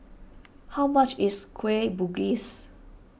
how much is Kueh Bugis